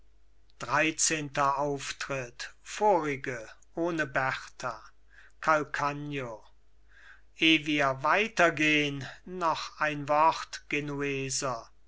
dreizehnter auftritt vorige ohne berta calcagno eh wir weiter gehn noch ein wort genueser